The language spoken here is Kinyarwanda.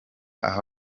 aho